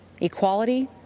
equality